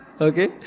Okay